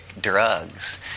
drugs